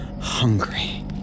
hungry